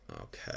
okay